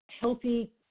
healthy